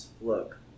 look